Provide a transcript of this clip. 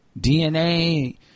DNA